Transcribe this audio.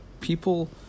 People